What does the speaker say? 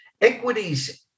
Equities